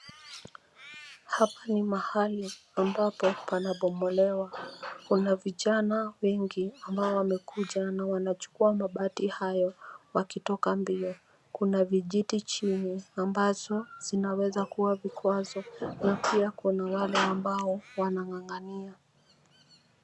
Hapa ni mahali ambapo panabomolewa. Kuna vijana wengi ambao wamekuja na wanachukua mabati hayo wakitoka mbio. Kuna vijiti chini ambazo zinaweza kuwa vikwazo na pia kuna wale ambao wanang'ang'ania.